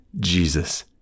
Jesus